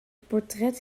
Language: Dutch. portret